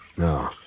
No